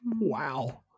Wow